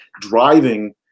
driving